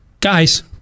Guys